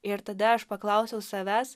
ir tada aš paklausiau savęs